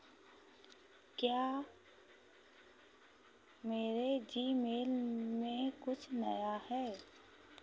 क्या मेरे जीमेल में कुछ नया है